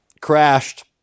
Crashed